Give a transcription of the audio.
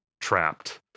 trapped